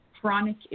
chronic